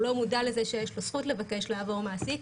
לא מודע לזה שיש לו זכות לבקש לעבור מעסיק,